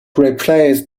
replaced